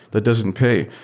that doesn't pay.